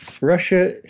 Russia